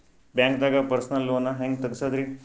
ಬ್ಯಾಂಕ್ದಾಗ personal loan ಹೆಂಗ್ ತಗ್ಸದ್ರಿ?